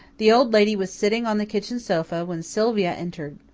the old lady was sitting on the kitchen sofa when sylvia entered.